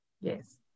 Yes